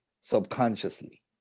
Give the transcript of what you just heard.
subconsciously